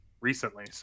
recently